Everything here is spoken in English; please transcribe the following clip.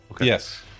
Yes